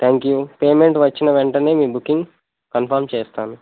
thank you payment వచ్చిన వెంటనే మీ బుకింగ్ కన్ఫర్మ్ చేస్తాను